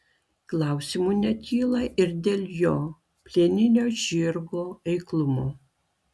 klausimų nekyla ir dėl jo plieninio žirgo eiklumo